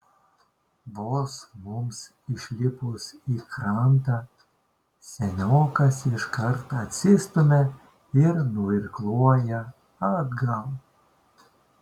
vos mums išlipus į krantą seniokas iškart atsistumia ir nuirkluoja atgal